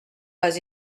pas